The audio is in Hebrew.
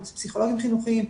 אם זה פסיכולוגים חינוכיים,